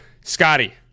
Scotty